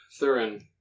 Thurin